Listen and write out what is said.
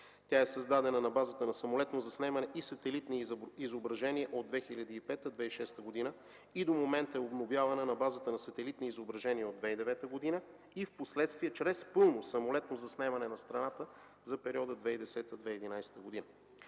Тя е създадена на базата на самолетно заснемане и сателитни изображения от 2005-2006 г. и до момента е обновявана на базата на сателитни изображения от 2009 г. и впоследствие чрез пълно самолетно заснемане на страната за периода 2010-2011 г.